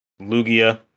Lugia